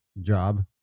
job